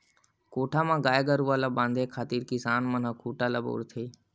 कोठा म गाय गरुवा ल बांधे खातिर किसान मन ह खूटा ल बउरथे